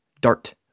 dart